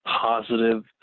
positive